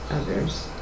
others